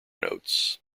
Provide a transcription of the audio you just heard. notes